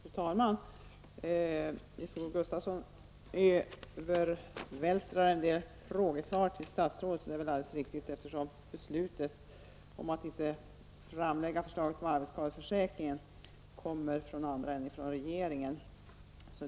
Fru talman! Nils-Olof Gustafsson övervältrar en del frågor till statsrådet, och det är väl alldeles riktigt, eftersom beslutet om att inte framlägga förslaget om arbetsskadeförsäkring ändå kommer från regeringen.